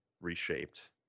reshaped